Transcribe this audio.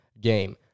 game